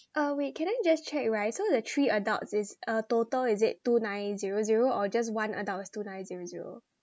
uh wait can I just check right so the three adults is uh total is it two nine zero zero or just one adult is two nine zero zero